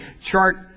chart